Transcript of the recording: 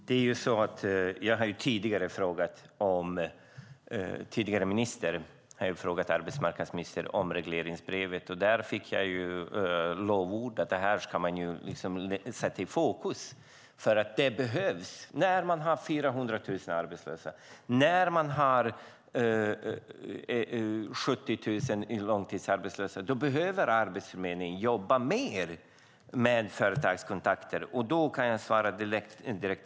Herr talman! Jag har frågat den tidigare arbetsmarknadsministern om regleringsbrevet. Då fick jag löften; det här skulle man sätta i fokus, för det behövdes. När man har 400 000 arbetslösa och 70 000 i långtidsarbetslöshet behöver Arbetsförmedlingen jobba mer med företagskontakter. Jag kan svara Hanif Bali direkt.